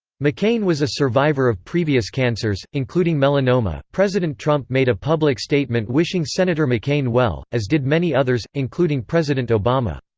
mccain was a survivor of previous cancers, including melanoma president trump made a public statement wishing senator mccain well, as did many others, including president obama.